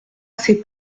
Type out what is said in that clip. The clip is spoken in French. ces